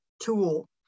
tool